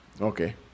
Okay